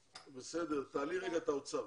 תעלי את האוצר.